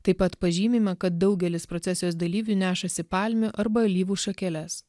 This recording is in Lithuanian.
taip pat pažymima kad daugelis procesijos dalyvių nešasi palmių arba alyvų šakeles